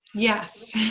yes,